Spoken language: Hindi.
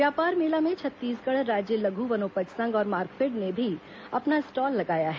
व्यापार मेला में छत्तीसगढ़ राज्य लघु वनोपज संघ और मार्कफेड ने भी अपना स्टॉल लगाया है